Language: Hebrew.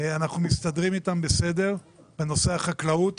אנחנו מתסדרים איתם בסדר בנושא החקלאות.